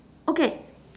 okay